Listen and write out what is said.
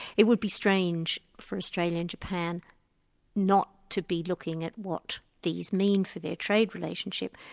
it would be strange for australia and japan not to be looking at what these mean for their trade relationship.